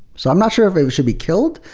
so i'm not sure if it should be killed,